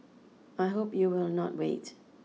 I hope you will not wait